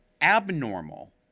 abnormal